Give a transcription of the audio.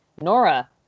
Nora